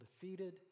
defeated